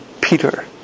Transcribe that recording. Peter